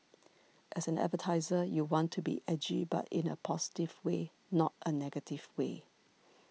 as an advertiser you want to be edgy but in a positive way not a negative way